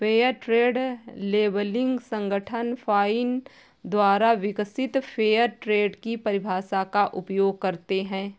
fair trade labelling संगठन FINE द्वारा विकसित फेयर ट्रेड की परिभाषा का उपयोग करते हैं